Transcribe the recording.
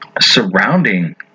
surrounding